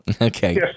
Okay